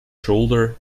shoulder